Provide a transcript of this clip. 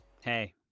Hey